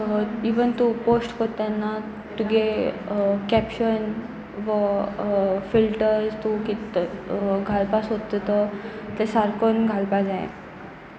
even तूं post करता तेन्ना तुगे कॅप्शन व फिल्टर्स तूं घालपा सोदता तो ते सारकोन घालपा जाय